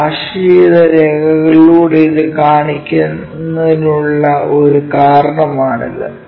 dash ചെയ്ത രേഖകളിലൂടെ ഇത് കാണിക്കുന്നതിനുള്ള ഒരു കാരണമാണിത്